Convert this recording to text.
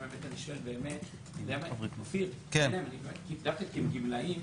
אופיר, גמלאים,